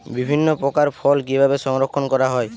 বিভিন্ন প্রকার ফল কিভাবে সংরক্ষণ করা হয়?